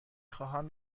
خواهم